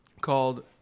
called